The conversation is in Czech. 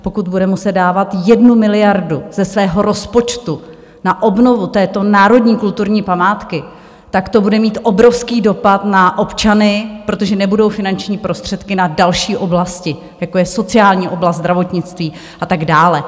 Pokud bude muset dávat 1 miliardu ze svého rozpočtu na obnovu této národní kulturní památky, tak to bude mít obrovský dopad na občany, protože nebudou finanční prostředky na další oblasti, jako je sociální oblast, zdravotnictví a tak dále.